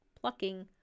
plucking